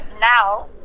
now